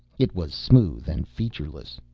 it was smooth and featureless.